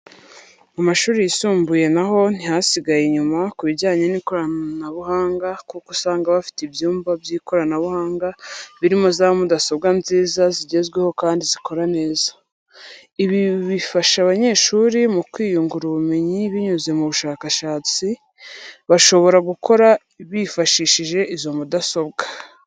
Mu mashuri yisumbuye na ho ntihasigaye inyuma ku bijyanye n'ikoranabuhanga kuko usanga bafite ibyumba by'ikoranabuhanga birimo za mudasobwa nziza zigezweho kandi zikora neza. Ibi bifasha abanyeshuri mu kwiyungura ubumenyi binyuze mu bushakashatsi, bashobora gukora bifashishije izo mudasobwa.